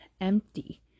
empty